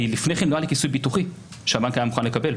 כי לפני כן לא היה לי כיסוי ביטוחי שהבנק היה מוכן לקבל.